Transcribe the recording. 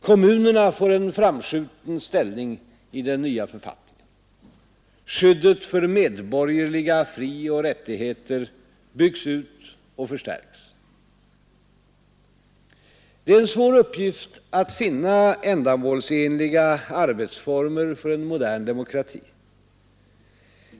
Kommunerna får en framskjuten Det är en svår uppgift att finna ändamålsenliga arbetsformer för en modern demokrati.